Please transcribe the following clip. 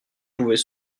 pouvait